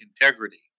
integrity